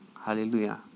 Hallelujah